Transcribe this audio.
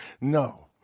No